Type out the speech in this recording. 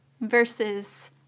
versus